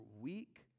weak